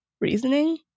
reasoning